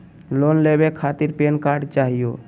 Loan लेवे खातीर PAN card चाहियो?